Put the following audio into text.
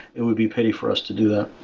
it would be pity for us to do that.